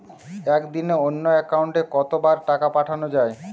একদিনে অন্য একাউন্টে কত বার টাকা পাঠানো য়ায়?